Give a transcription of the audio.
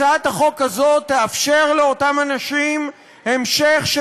הצעת החוק הזאת תאפשר לאותם אנשים המשך של